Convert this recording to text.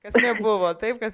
kas nebuvo taip kad